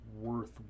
worth